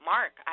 Mark